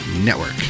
network